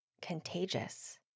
contagious